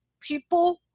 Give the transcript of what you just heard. people